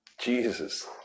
Jesus